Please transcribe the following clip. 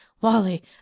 Wally